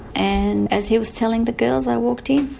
and as he was telling the girls i walked in.